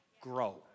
grow